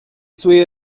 suoi